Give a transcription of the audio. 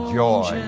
joy